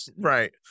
Right